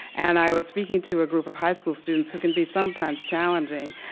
and i was speaking to a group of high school students, who can be sometimes challenging.